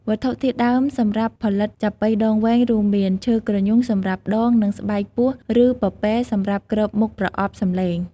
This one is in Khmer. វត្ថុធាតុដើមសម្រាប់ផលិតចាប៉ីដងវែងរួមមាន ឈើគ្រញូងសម្រាប់ដង និងស្បែកពស់ឬពពែសម្រាប់គ្របមុខប្រអប់សំឡេង។